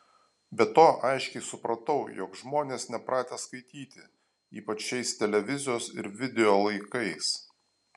be to aiškiai supratau jog žmonės nepratę skaityti ypač šiais televizijos ir video laikais